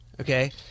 okay